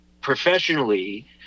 professionally